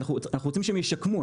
אנחנו רוצים שהם ישקמו.